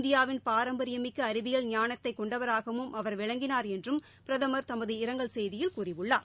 இந்தியாவின் பாரம்பரியமிக்க அறிவியல் குானத்தை கொண்டவராகவும் அவர் விளங்கினார் என்றும் பிரதமர் தமது இரங்கல் செய்தியில் கூறியுள்ளார்